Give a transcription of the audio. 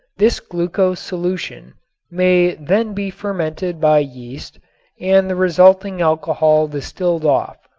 this glucose solution may then be fermented by yeast and the resulting alcohol distilled off.